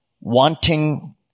wanting